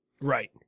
Right